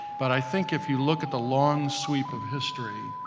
but i think, if you look at the long sweep of history,